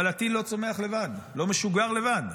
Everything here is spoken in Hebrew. אבל הטיל לא צומח לבד, לא משוגר לבד,